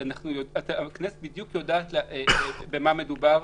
הכנסת יודעת בדיוק במה מדובר,